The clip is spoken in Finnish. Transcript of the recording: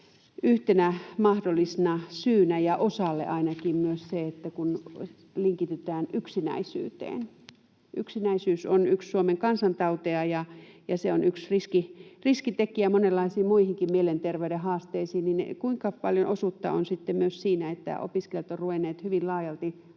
yhtenä mahdollisena syynä osalle ainakin myös sen, että se linkitetään yksinäisyyteen. Kun yksinäisyys on yksi Suomen kansantauteja ja se on yksi riskitekijä monenlaisiin muihinkin mielenterveyden haasteisiin, niin kuinka paljon osuutta on sitten myös sillä, että opiskelijat ovat ruvenneet hyvin laajalti